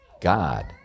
God